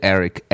Eric